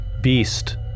Beast